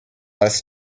less